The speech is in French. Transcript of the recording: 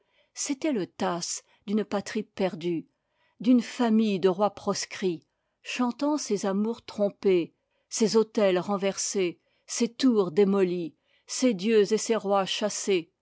c'était le tasse d'une patrie perdue d'une famille de rois proscrits chantant ses amours trompés ses autels renversés ses tours démolies ses dieux et ses rois chassés